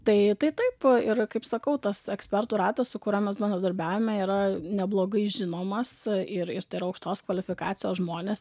tai taip ir kaip sakau tas ekspertų ratas su kuriuo mes bendradarbiaujame yra neblogai žinomas ir ir tai yra aukštos kvalifikacijos žmonės